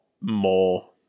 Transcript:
more